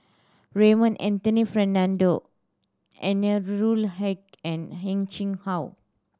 Raymond Anthony Fernando Anwarul Haque and Heng Chee How